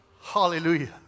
Hallelujah